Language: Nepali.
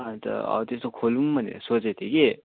अन्त हो त्यस्तो खोलौँ भनेर सोचेको थिएँ कि